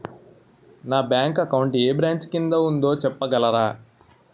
నా bank account ఏ branch కిందా ఉందో చెప్పగలరా?